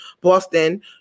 Boston